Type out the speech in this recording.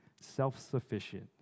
self-sufficient